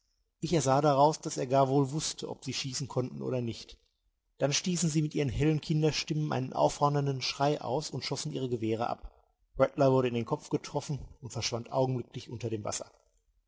ich ersah daraus daß er gar wohl wußte ob sie schießen konnten oder nicht dann stießen sie mit ihren hellen kinderstimmen einen auffordernden schrei aus und schossen ihre gewehre ab rattler wurde in den kopf getroffen und verschwand augenblicklich unter dem wasser